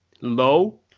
Low